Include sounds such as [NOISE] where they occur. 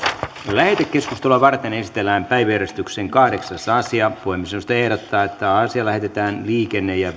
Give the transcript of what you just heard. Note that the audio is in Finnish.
lähetekeskustelua varten esitellään päiväjärjestyksen kahdeksas asia puhemiesneuvosto ehdottaa että asia lähetetään liikenne ja [UNINTELLIGIBLE]